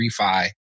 refi